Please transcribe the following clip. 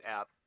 app